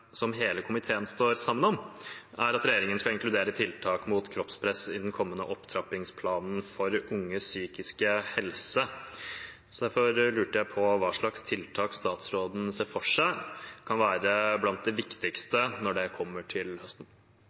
som hele komiteen står sammen om, er at regjeringen skal inkludere tiltak mot kroppspress i den kommende opptrappingsplanen for unges psykiske helse. Derfor lurer jeg på hva slags tiltak statsråden ser for seg kan være blant de viktigste når den kommer til høsten.